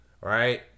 Right